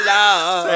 love